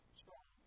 strong